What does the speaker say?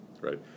right